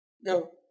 No